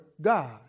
God